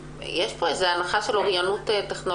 ובנוסף יש כאן איזו הנחה של אוריינות טכנולוגית.